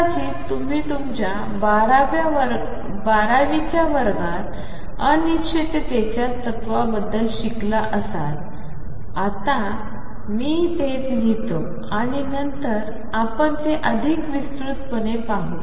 कदाचित तुम्ही तुमच्या 12 व्या वर्गात अनिश्चिततेच्या तत्त्वाबद्दल शिकला असाल तर आता मी ते लिहितो आणि नंतर आपण ते अधिक विस्तारीतपणे पाहू